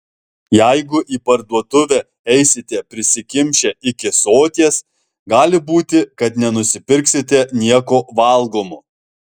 jeigu į parduotuvę eisite prisikimšę iki soties gali būti kad nenusipirksite nieko valgomo